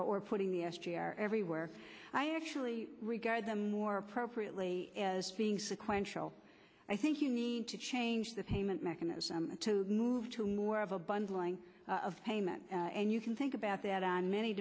or putting the s g r everywhere i actually regard them more appropriately being sequential i think you need to change the payment mechanism to move to more of a bundling of payment and you can think about that on many